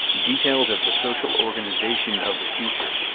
details of the social organization of the future.